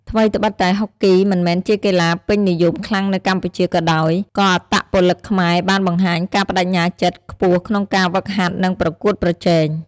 ថ្វីត្បិតតែហុកគីមិនមែនជាកីឡាពេញនិយមខ្លាំងនៅកម្ពុជាក៏ដោយ ក៏អត្តពលិកខ្មែរបានបង្ហាញការប្តេជ្ញាចិត្តខ្ពស់ក្នុងការហ្វឹកហាត់ និងប្រកួតប្រជែង។